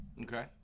Okay